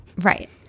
Right